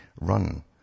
run